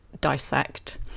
dissect